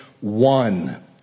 one